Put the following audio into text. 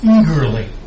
eagerly